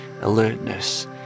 alertness